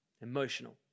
emotional